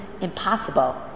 impossible